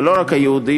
ולא רק היהודי,